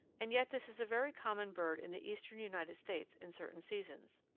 and yet this is a very common bird in the eastern united states in certain seasons.